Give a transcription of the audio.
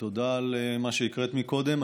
תודה על מה שהקראת קודם.